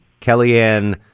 Kellyanne